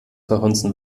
verhunzen